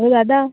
hello Dada